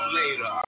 later